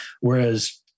whereas